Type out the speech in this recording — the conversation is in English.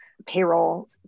payroll